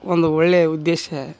ಒಂದು ಒಳ್ಳೆಯ ಉದ್ದೇಶ